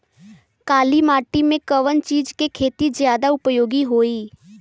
काली माटी में कवन चीज़ के खेती ज्यादा उपयोगी होयी?